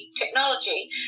technology